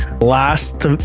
last